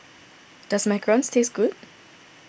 does Macarons taste good